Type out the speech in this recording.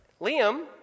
Liam